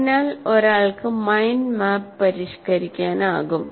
അതിനാൽ ഒരാൾക്ക് mind map പരിഷ്കരിക്കാനാകും